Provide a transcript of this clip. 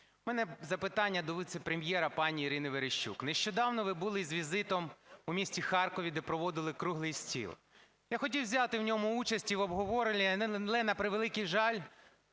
У мене запитання до віце-прем'єра пані Ірини Верещук. Нещодавно ви бути з візитом у місті Харкові, де проводили круглий стіл. Я хотів взяти в ньому участь і в обговоренні, але, на превеликий жаль,